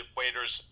waiters